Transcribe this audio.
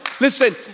listen